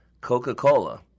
Coca-Cola